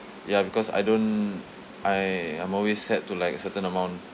ya because I don't I I'm always set to like certain amount